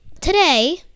Today